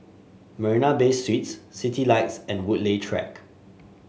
Marina Bay Suites Citylights and Woodleigh Track